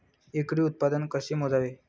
एकरी उत्पादन कसे मोजावे?